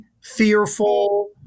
fearful